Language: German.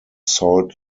salt